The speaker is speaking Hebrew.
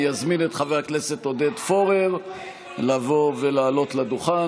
אני אזמין את חבר הכנסת עודד פורר לבוא ולעלות לדוכן,